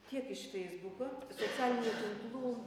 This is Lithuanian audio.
tiek iš feisbuko socialinių tinklų